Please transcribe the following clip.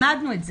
למדנו את זה,